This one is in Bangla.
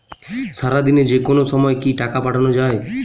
সারাদিনে যেকোনো সময় কি টাকা পাঠানো য়ায়?